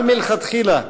אבל מלכתחילה,